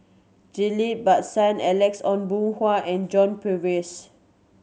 Ghillie Basan Alex Ong Boon Hau and John Purvis